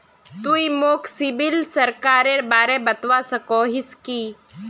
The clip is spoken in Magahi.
तुई मोक सिबिल स्कोरेर बारे बतवा सकोहिस कि?